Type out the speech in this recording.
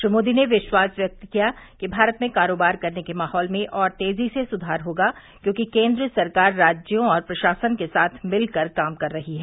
श्री मोदी ने विश्वास व्यक्त किया कि भारत में कारोबार करने के माहौल में और तेजी से सुधार होगा क्योंकि केन्द्र सरकार राज्यों और प्रशासन के साथ मिलकर काम कर रही है